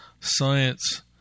science